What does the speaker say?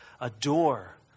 adore